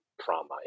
trauma